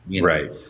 Right